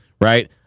right